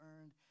earned